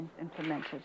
implemented